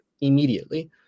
immediately